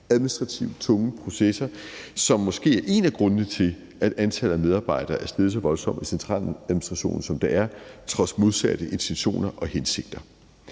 administrative, tunge processer, som måske er en af grundene til, at antallet af medarbejdere er steget så voldsomt i centraladministrationen, som det er, trods modsatte intentioner og hensigter.